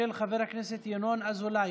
של חברי הכנסת ינון אזולאי